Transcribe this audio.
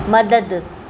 मदद